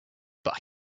par